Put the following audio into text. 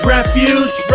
Refuge